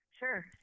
Sure